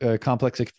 complex